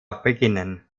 beginnen